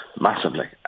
Massively